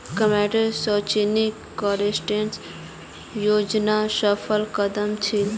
कमाईर स्वैच्छिक प्रकटीकरण योजना सफल कदम छील